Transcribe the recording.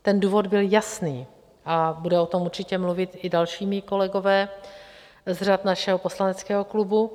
Ten důvod byl jasný a budou o tom určitě mluvit i další mí kolegové z řad našeho poslaneckého klubu.